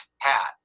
hat